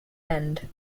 end